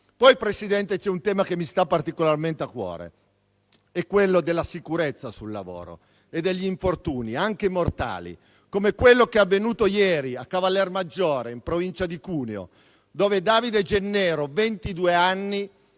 Presidente, un altro tema che mi sta particolarmente a cuore è relativo alla sicurezza sul lavoro e agli infortuni anche mortali come quello che è avvenuto ieri a Cavallermaggiore, in provincia di Cuneo, dove Davide Gennero, ventidue